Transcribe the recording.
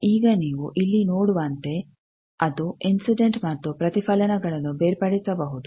ಈಗ ನೀವು ಇಲ್ಲಿ ನೋಡುವಂತೆ ಅದು ಇನ್ಸಿಡೆಂಟ್ ಮತ್ತು ಪ್ರತಿಫಲನಗಳನ್ನು ಬೇರ್ಪಡಿಸಬಹುದು